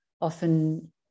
often